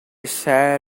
shall